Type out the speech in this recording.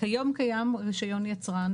כיום קיים רישיון יצרן,